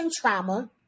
trauma